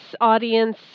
audience